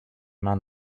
mains